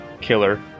Killer